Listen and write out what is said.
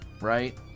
right